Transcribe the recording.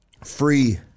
free